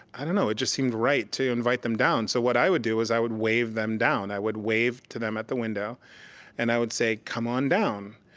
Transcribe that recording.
i don't know, it just seemed right to invite them down. so what i would do is i would wave them down. i would wave to them at the window and i would say come on down.